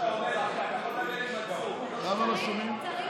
לא שומעים אותך, למה לא שומעים?